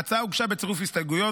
ההצעה הוגשה בצירוף הסתייגויות.